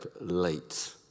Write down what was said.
late